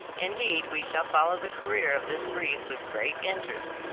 indeed we shall follow the career of this wreath with great interest,